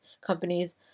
companies